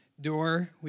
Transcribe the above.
door